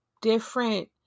different